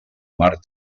marc